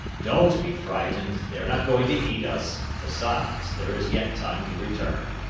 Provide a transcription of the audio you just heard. don't be frightened, they are not going to eat us, besides, there is yet time to return.